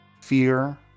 fear